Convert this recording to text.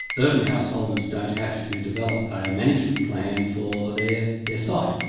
urban householders don't have to develop a management plan for their their site.